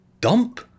dump